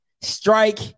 strike